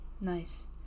nice